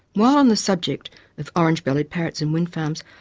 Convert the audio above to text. while on the subject of orange-bellied parrots and wind farms,